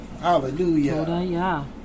Hallelujah